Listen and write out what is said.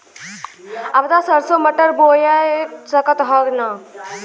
अब त सरसो मटर बोआय सकत ह न?